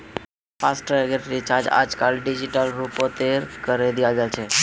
फासटैगेर recharge आजकल digital रूपतों करे दियाल जाछेक